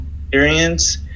experience